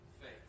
faith